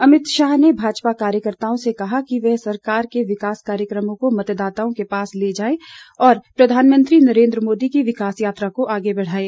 अमित शाह ने भाजपा कार्यकर्ताओं से कहा कि वे सरकार के विकास कार्यक्रमों को मतदाताओं के पास लेकर जाएं और प्रधानमंत्री नरेन्द्र मोदी की विकास यात्रा को आगे बढ़ाएं